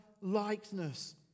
likeness